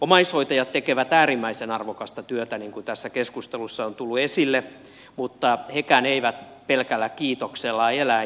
omaishoitajat tekevät äärimmäisen arvokasta työtä niin kuin tässä keskustelussa on tullut esille mutta hekään eivät pelkällä kiitoksella elä